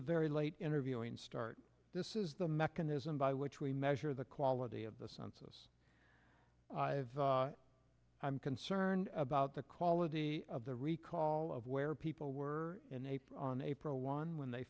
a very late interviewing start this is the mechanism by which we measure the quality of the census i'm concerned about the quality of the recall of where people were in a pub on april one when they